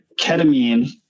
ketamine